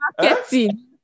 Marketing